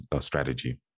strategy